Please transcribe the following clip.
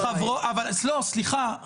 סליחה,